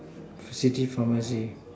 she give how many